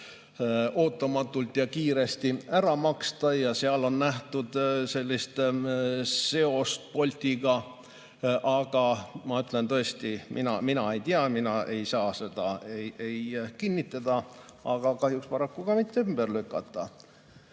ootamatult ja kiiresti ära maksta, on nähtud seost Boltiga. Aga ma ütlen, tõesti, mina ei tea, mina ei saa seda kinnitada, aga kahjuks paraku ka mitte ümber lükata.